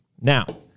Now